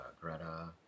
Greta